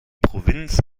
provinz